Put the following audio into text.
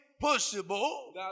possible